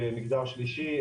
מגזר שלישי,